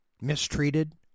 mistreated